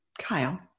Kyle